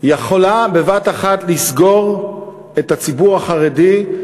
יכול בבת-אחת לסגור את הציבור החרדי,